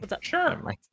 Sure